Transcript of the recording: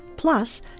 plus